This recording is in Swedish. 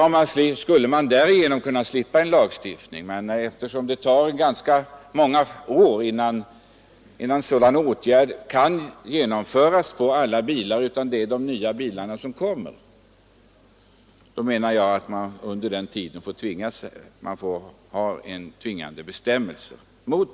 Därigenom skulle man kunna slippa en lagstiftning. Men eftersom det tar ganska många år innan sådan utrustning finns i alla bilar — den finns bara på de nya — måste man under en övergångstid ha en tvingande bestämmelse.